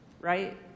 Right